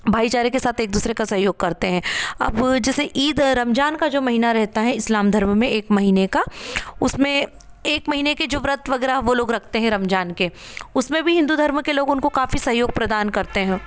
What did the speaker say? भाईचारे के साथ एक दूसरे का सहयोग करते हैं अब जैसे ईद रमजान का जो महीना रहता है इस्लाम धर्म में एक महीने का उसमें एक महीने के जो व्रत वगैरह वो लोग रखते हैं रमजान के उसमें भी हिन्दू धर्म के लोग उनको सहयोग प्रदान करते हैं